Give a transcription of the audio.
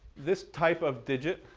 this type of digit,